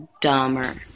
dumber